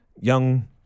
young